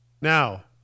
Now